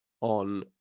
on